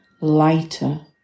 lighter